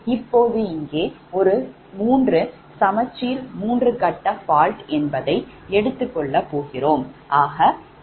இப்போது இங்கே ஒரு3 சமச்சீர் மூன்று கட்ட fault என்பதை எடுத்துக் கொள்ளப் போகிறோம்